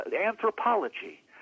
anthropology